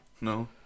No